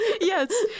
Yes